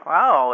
Wow